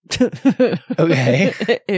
Okay